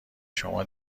شما